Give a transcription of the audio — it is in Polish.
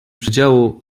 przedziału